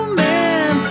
man